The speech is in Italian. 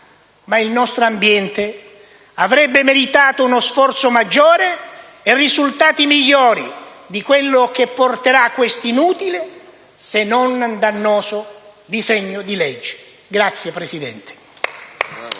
Ma il nostro ambiente avrebbe meritato uno sforzo maggiore e risultati migliori di quelli che porterà questo inutile, se non dannoso, disegno legge. *(Applausi del